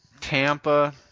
Tampa